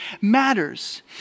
matters